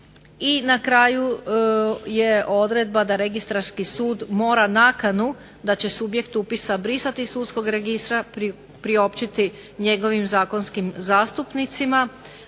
I na kraju je odredba da registarski sud mora nakanu da će subjekt upisa brisati iz sudskog registra, priopćiti njegovim zakonskim zastupnicima,